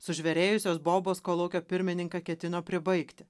sužvėrėjusios bobos kolūkio pirmininką ketino pribaigti